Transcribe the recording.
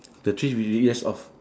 the tree we erase off